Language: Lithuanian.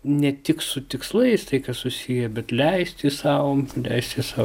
ne tik su tikslais tai kas susiję bet leisti sau leisti sau